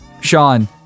Sean